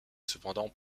cependant